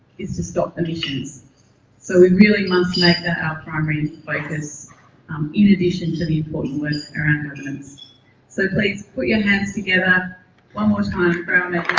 is to stop the missions so we really must like that our primary focus um in addition to the important words around evidence so please put your hands together one more time you